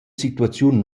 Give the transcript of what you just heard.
situaziun